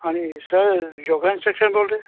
ਹਾਂਜੀ sir yoga instruction ਬੋਲ ਰਹੇ